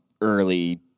early